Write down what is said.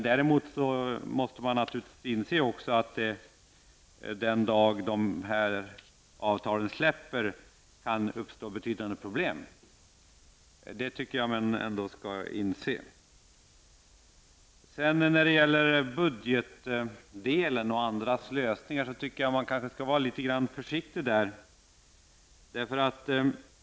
Däremot måste man naturligtvis inse att den dag de här avtalen släpper kan det uppstå betydande problem. När det gäller budgeten och andras lösningar tycker jag att man kanske skall vara litet försiktig.